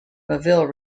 melville